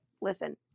listen